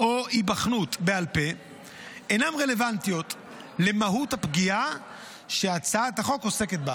או היבחנות בעל פה אינן רלוונטיות למהות הפגיעה שהצעת החוק עוסקת בה.